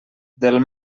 del